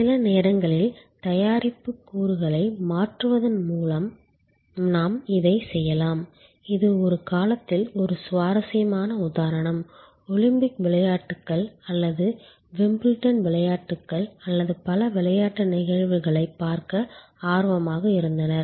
சில நேரங்களில் தயாரிப்பு கூறுகளை மாற்றுவதன் மூலமும் நாம் இதைச் செய்யலாம் இது ஒரு காலத்தில் ஒரு சுவாரஸ்யமான உதாரணம் ஒலிம்பிக் விளையாட்டுகள் அல்லது விம்பிள்டன் விளையாட்டுகள் அல்லது பல விளையாட்டு நிகழ்வுகளைப் பார்க்க ஆர்வமாக இருந்தனர்